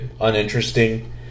uninteresting